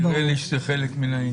נראה לי שזה חלק מן העניין.